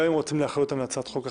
גם אם רוצים לאחד אותם להצעת חוק אחת.